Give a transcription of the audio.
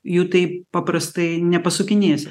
jų taip paprastai nepasukinėsi